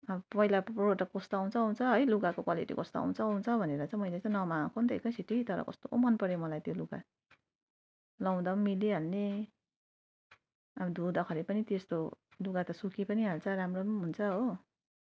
अब पहिला प्रडक्ट कस्तो आउँछ आउँछ है लुगाको क्वालिटी कस्तो आउँछ आउँछ भनेर चाहिँ मैले चाहिँ नमगाएको नि त एकैचोटि तर कस्तो मनपर्यो मलाई त्यो लुगा लगाउँदा पनि मिली हाल्ने अब धुँदाखेरि पनि त्यस्तो लुगा त सुकि पनि हाल्छ राम्रो पनि हुन्छ हो